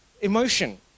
emotion